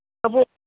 ꯀꯕꯣꯛ